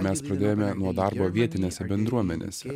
mes pradėjome nuo darbo vietinėse bendruomenėse